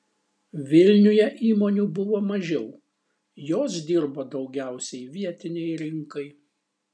vilniuje įmonių buvo mažiau jos dirbo daugiausiai vietinei rinkai